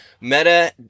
Meta